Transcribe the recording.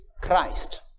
Christ